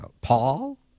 Paul